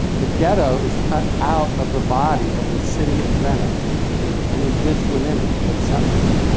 the ghetto is cut out of the body of the city of venice and exists within it, but separately.